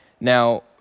Now